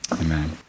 Amen